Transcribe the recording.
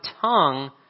tongue